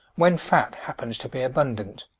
when fat happens to be abundant.